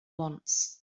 once